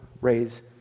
raise